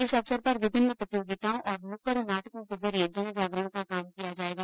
इस अवसर पर विभिन्न प्रतियोगिताओं और नुक्कड नाटकों के जरिये जनजागरण का काम किया जायेगा